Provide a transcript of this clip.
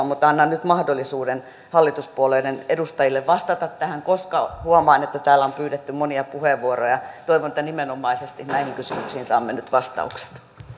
mutta annan nyt mahdollisuuden hallituspuolueiden edustajille vastata tähän koska huomaan että täällä on pyydetty monia puheenvuoroja toivon että nimenomaisesti näihin kysymyksiin saamme nyt vastaukset